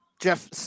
Jeff